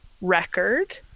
record